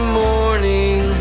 morning